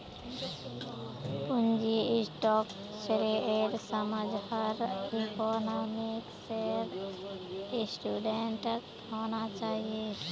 पूंजी स्ट्रक्चरेर समझ हर इकोनॉमिक्सेर स्टूडेंटक होना चाहिए